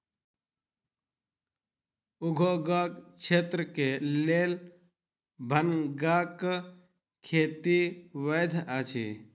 उद्योगक क्षेत्र के लेल भांगक खेती वैध अछि